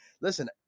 listen